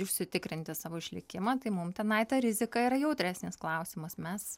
užsitikrinti savo išlikimą tai mum tenai ta rizika yra jautresnis klausimas mes